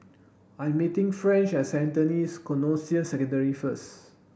I am meeting French at Saint Anthony's Canossian Secondary first